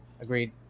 agreed